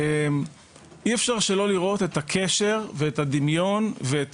אי אפשר שלא לראות את הקשר ואת הדמיון ואת